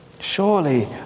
Surely